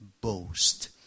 boast